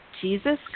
Jesus